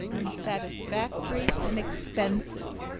unsatisfactory, and expensive,